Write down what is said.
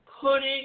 putting